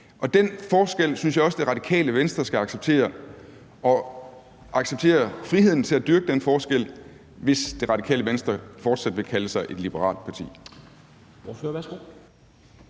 Jeg synes også, at Radikale Venstre skal acceptere den forskel og friheden til at dyrke den forskel, hvis Radikale Venstre fortsat vil kalde sig et liberalt parti.